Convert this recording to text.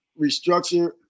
restructure